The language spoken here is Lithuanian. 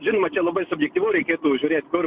žinoma čia labai subjektyvu reikėtų žiūrėt kur